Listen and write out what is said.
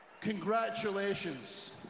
congratulations